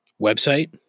website